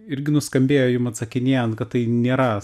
irgi nuskambėjo jum atsakinėjant kad tai nėra